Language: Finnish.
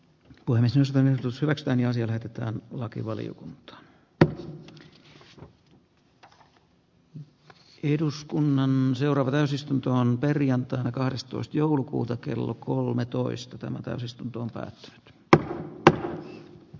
uimisesta annettu sellastani asia lähetetään lakivaliokuntaan tuntunut että eduskunnan seuraava täysistunto on perjantaina kahdestoista joulukuuta kello kolmetoista tämän täysistuntoon taas dr drew a